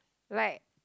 like